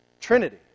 Trinity